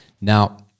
now